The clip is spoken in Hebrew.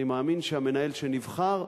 אני מאמין שהמנהל שנבחר,